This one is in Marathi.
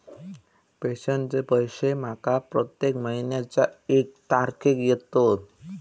पेंशनचे पैशे माका प्रत्येक महिन्याच्या एक तारखेक येतत